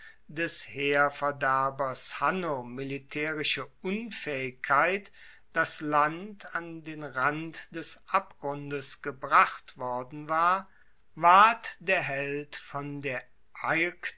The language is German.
des heerverderbers hanno militaerische unfaehigkeit das land an den rand des abgrundes gebracht worden war ward der held von der